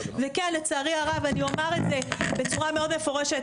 וכן לצערי הרב אני אומר את זה בצורה מאוד מפורשת,